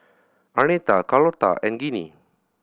Arnetta Carlotta and Ginny